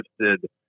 shifted